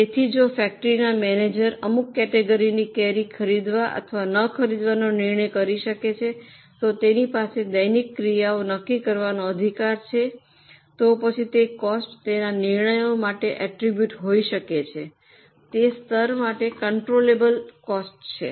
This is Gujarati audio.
તેથી જો ફેક્ટરીના મેનેજર અમુક કેટેગરીની કેરી ખરીદવા અથવા ન ખરીદવાનો નિર્ણય કરી શકે છે તો તેની પાસે દૈનિક ક્રિયાઓ નક્કી કરવાનો અધિકાર છે તો પછી તે કોસ્ટ જે તેના નિર્ણયો માટે ઐટ્રબ્યૂટ હોઈ શકે છે તે સ્તર માટે કન્ટ્રોલબલ કોસ્ટ છે